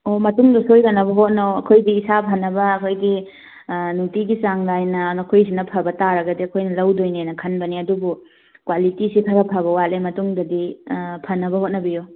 ꯑꯣ ꯃꯇꯨꯡꯗ ꯁꯣꯏꯗꯅꯕ ꯍꯣꯠꯅꯧ ꯑꯩꯈꯣꯏꯗꯤ ꯏꯁꯥ ꯐꯅꯕ ꯑꯩꯈꯣꯏꯗꯤ ꯅꯨꯡꯇꯤꯒꯤ ꯆꯥꯡ ꯅꯥꯏꯅ ꯅꯈꯣꯏꯒꯤꯁꯤꯅ ꯐꯕ ꯇꯥꯔꯒꯗꯤ ꯑꯩꯈꯣꯏꯅ ꯂꯧꯗꯣꯏꯅꯦꯅ ꯈꯟꯕꯅꯦ ꯑꯗꯨꯕꯨ ꯀ꯭ꯋꯥꯂꯤꯇꯤꯁꯤ ꯈꯔ ꯐꯕ ꯋꯥꯠꯂꯦ ꯃꯇꯨꯡꯗꯗꯤ ꯐꯅꯕ ꯍꯣꯠꯅꯕꯤꯌꯨ